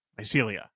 mycelia